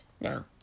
Now